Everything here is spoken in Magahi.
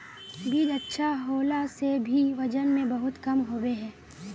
बीज अच्छा होला से भी वजन में बहुत कम होबे है?